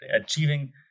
Achieving